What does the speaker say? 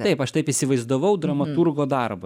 taip aš taip įsivaizdavau dramaturgo darbą